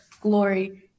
glory